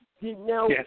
Now